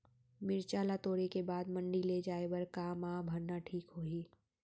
मिरचा ला तोड़े के बाद मंडी ले जाए बर का मा भरना ठीक होही?